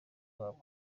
wacu